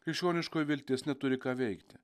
krikščioniškoji viltis neturi ką veikti